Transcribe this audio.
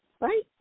Right